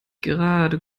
gerade